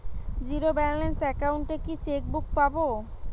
Zero balance account এ কি chequebook পাব?